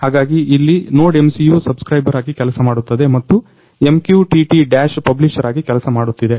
ಹಾಗಾಗಿ ಇಲ್ಲಿ NodeMCU subscriber ಆಗಿ ಕೆಲಸ ಮಾಡುತ್ತಿದೆ ಮತ್ತು MQTT Dash ಪಬ್ಲಿಷರ್ ಆಗಿ ಕೆಲಸ ಮಾಡುತ್ತಿದೆ